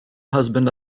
husband